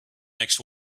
next